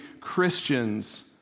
Christians